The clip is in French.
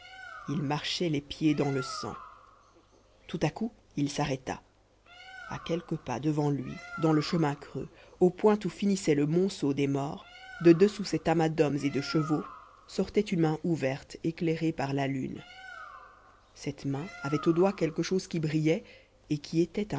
il marchait les pieds dans le sang tout à coup il s'arrêta à quelques pas devant lui dans le chemin creux au point où finissait le monceau des morts de dessous cet amas d'hommes et de chevaux sortait une main ouverte éclairée par la lune cette main avait au doigt quelque chose qui brillait et qui était